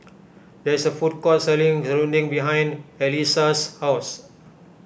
there is a food court selling Serunding behind Allyssa's house